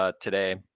today